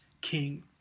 king